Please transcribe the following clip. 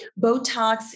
Botox